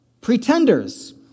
Pretenders